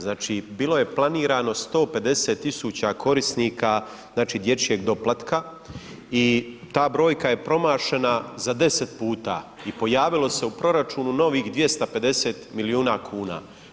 Znači bilo je planirano 150 tisuća korisnika dječjeg doplatka i ta brojka je promašena za 10 puta i pojavilo se u proračunu novih 250 milijuna kuna.